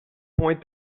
point